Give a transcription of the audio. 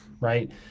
right